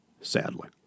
sadly